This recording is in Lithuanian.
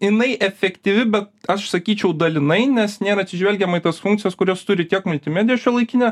jinai efektyvi bet aš sakyčiau dalinai nes nėra atsižvelgiama į tas funkcijas kurias turi tiek multimedija šiuolaikinė